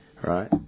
right